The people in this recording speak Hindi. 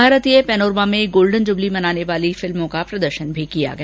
भारतीय पैनोरमा में गोल्डन जुबली मनाने वाली फिल्मों का प्रदर्शन भी किया गया